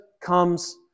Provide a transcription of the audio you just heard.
comes